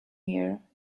here